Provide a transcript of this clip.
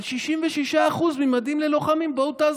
אבל 66%, ממדים ללוחמים, בואו תעזרו.